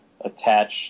attach